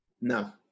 No